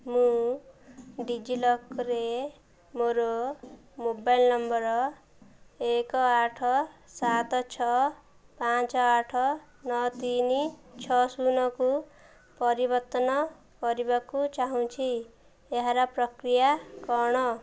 ମୁଁ ଡିଜିଲକର୍ରେ ମୋର ମୋବାଇଲ୍ ନମ୍ବର୍ ଏକ ଆଠ ସାତ ଛଅ ପାଞ୍ଚ ଆଠ ନଅ ତିନି ଛଅ ଶୂନକୁ ପରିବର୍ତ୍ତନ କରିବାକୁ ଚାହୁଁଛି ଏହାର ପ୍ରକ୍ରିୟା କ'ଣ